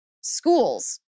schools